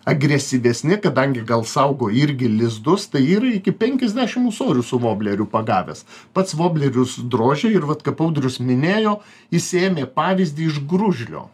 agresyvesni kadangi gal saugo irgi lizdus tai ir iki penkiasdešim ūsorių su vobleriu pagavęs pats voblerius drožia ir vat kaip audrius minėjo jis ėmė pavyzdį iš gružlio